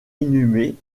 inhumée